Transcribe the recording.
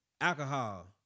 alcohol